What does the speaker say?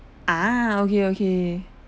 ah okay okay